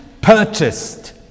purchased